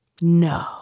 No